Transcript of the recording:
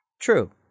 True